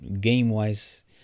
game-wise